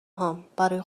هام، برای